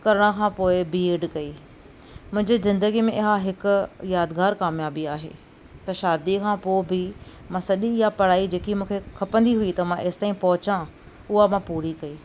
करण खां पोइ बी एड कई मुंहिंजी ज़िंदगीअ में इहा हिकु यादिगारु क़ामयाबी आहे त शादीअ खां पोइ बि मां सॼी इहा पढ़ाई जेकी मूंखे खपंदी हुई त मां एसि ताईं पहुचा उहा मां पूरी कई